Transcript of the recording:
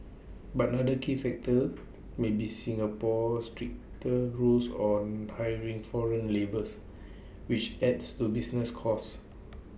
but another key factor may be Singapore's stricter rules on hiring foreign labours which adds to business costs